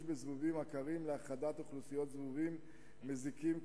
בזבובים עקרים להכחדת אוכלוסיות זבובים מזיקים,